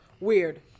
weird